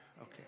Okay